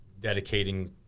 dedicating